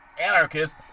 anarchist